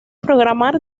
programar